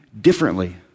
differently